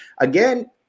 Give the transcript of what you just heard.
again